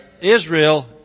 Israel